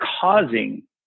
causing